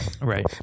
Right